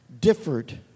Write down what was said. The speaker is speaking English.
differed